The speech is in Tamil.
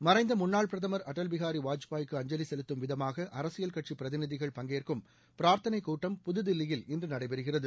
மறைந்த முன்னாள் பிரதமர் அடல் பிஹாரி வாஜ்பாய்கு அஞ்சலி செலுத்தும் விதமாக அரசியல் கட்சி பிரதிநிதிகள் பங்கேற்கும் பிரார்த்தனை கூட்டம் புதுதில்லியில் இன்று நடைபெறுகிறது